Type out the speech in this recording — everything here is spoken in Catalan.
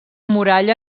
muralla